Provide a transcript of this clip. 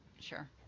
sure